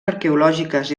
arqueològiques